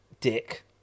dick